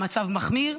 המצב מחמיר,